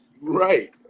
Right